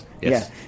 Yes